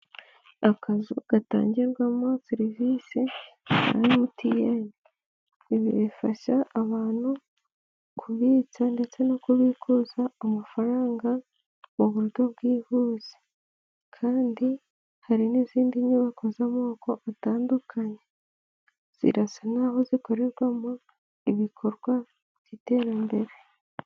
Akazu gatangirwamo serivisi za MTN, ibi bifasha abantu kubitsa ndetse no kubikuza amafaranga mu buryo bwihuse kandi hari n'izindi nyubako z'amoko atandukanye zirasa n'aho zikorerwamo ibikorwa by'iterambere.